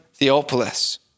Theopolis